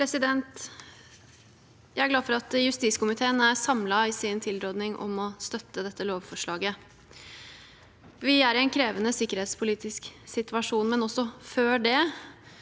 Jeg er glad for at justiskomiteen er samlet i sin tilråding om å støtte dette lovforslaget. Vi er i en krevende sikkerhetspolitisk situasjon, men også før denne